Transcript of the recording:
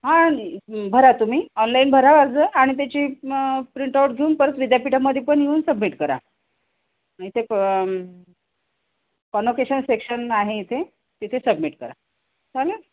हां भरा तुम्ही ऑनलाईन भरा अर्ज आणि त्याची म प्रिंटआउट घेऊन परत विद्यापीठामध्ये पण येऊन सबमिट करा इथे प कॉनोकेशन सेक्शन आहे इथे तिथे सबमिट करा चालेल